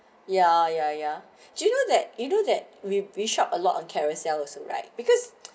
ya ya ya do you know that you do that with bishop a lot on carousell also right because